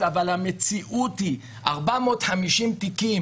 המציאות היא ש-450 תיקים